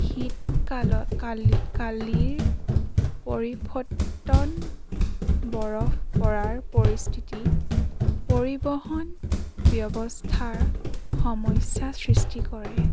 শীতকাল কাল কালিৰ পৰিফতন বৰফ পৰাৰ পৰিস্থিতি পৰিবহণ ব্যৱস্থাৰ সমস্যা সৃষ্টি কৰে